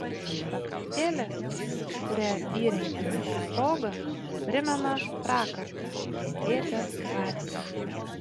prakartėlė kurią įrengiame šia proga primena prakartą ėdžias tvarte